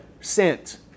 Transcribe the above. sent